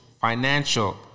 financial